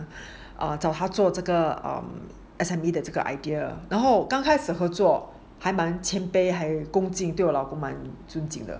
um 找他做这个 um S_M_E 的 idea 然后刚开始合作还蛮谦卑很恭敬对我老公还蛮掉落尊敬的